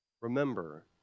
Remember